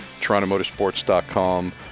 TorontoMotorsports.com